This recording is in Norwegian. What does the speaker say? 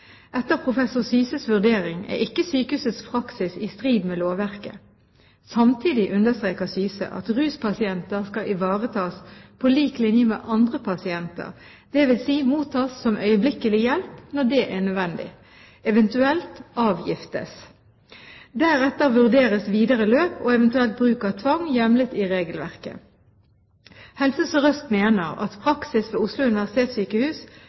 Etter professor Syses vurdering er ikke sykehusets praksis i strid med lovverket. Samtidig understreker Syse at ruspasienter skal ivaretas på lik linje med andre pasienter, dvs. mottas som øyeblikkelig hjelp når det er nødvendig, eventuelt «avgiftes». Deretter vurderes videre løp og eventuelt bruk av tvang hjemlet i regelverket. Helse Sør-Øst mener at praksis ved Oslo universitetssykehus